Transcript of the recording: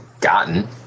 gotten